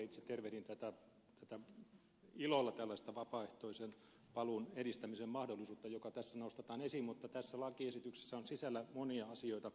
itse tervehdin ilolla tällaista vapaaehtoisen paluun edistämisen mahdollisuutta joka tässä nostetaan esiin mutta tässä lakiesityksessä on sisällä monia asioita